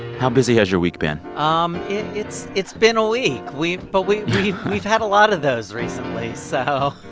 how busy has your week been? um it's it's been a week. we've but we've we've we've had a lot of those recently, so.